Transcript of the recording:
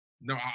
No